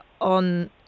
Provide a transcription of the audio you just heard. on